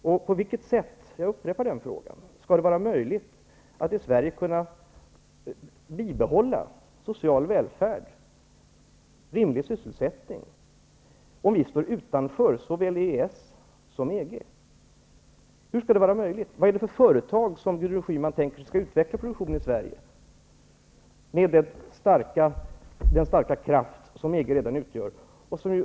Jag upprepar frågan: På vilket sätt skall det vara möjligt för Sverige att bibehålla social välfärd och en rimlig sysselsättning om vi står utanför såväl EES som EG? Vad är det för företag som Gudrun Schyman tänker sig skall utveckla produktionen i Sverige med den starka kraft som EG redan har?